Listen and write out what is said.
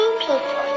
people